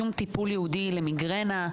שום טיפול ייעודי למיגרנה.